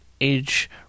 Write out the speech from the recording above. age